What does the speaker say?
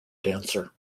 dancer